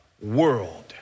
world